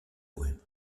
poèmes